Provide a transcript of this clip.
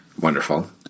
Wonderful